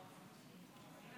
כנסת נכבדה,